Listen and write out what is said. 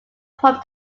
from